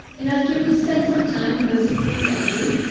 and after we spend some time in the sixteenth century,